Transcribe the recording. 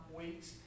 weeks